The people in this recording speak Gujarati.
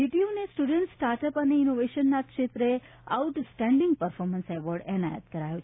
જીટીયુને સ્ટુડન્ટ સ્ટાર્ટઅપ અને ઇનોવેશનના ક્ષેત્રે આઉટ સ્ટેન્ડિંગ પરફોર્મેન્સ એવોર્ડ એનાયત કરાયો